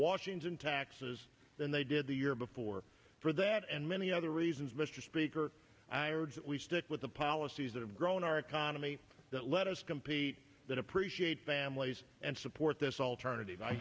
washington taxes than they did the year before for that and many other reasons mr speaker i urge that we stick with the policies that have grown our economy that let us compete that appreciate families and support this alternative i